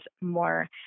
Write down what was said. more